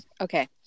Okay